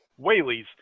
whaleys